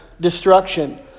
destruction